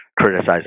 criticize